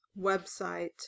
website